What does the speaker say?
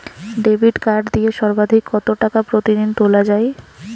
Debit card দিয়ে সর্বাধিক কত টাকা প্রতিদিন তোলা য়ায়?